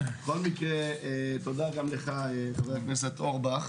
בכל מקרה, תודה גם לך, חבר הכנסת אורבך.